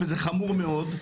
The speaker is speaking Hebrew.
וזה חמור מאוד,